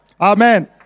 Amen